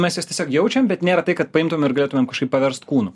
mes juos tiesiog jaučiam bet nėra tai kad paimtum ir galėtumėm kažkaip paverst kūnu